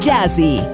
Jazzy